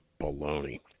Baloney